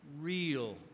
real